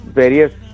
various